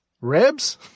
Ribs